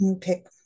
pick